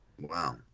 Wow